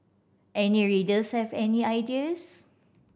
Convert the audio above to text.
any readers have any ideas